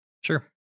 Sure